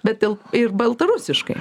bet il ir baltarusiškai